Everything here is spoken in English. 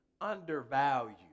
undervalue